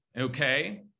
okay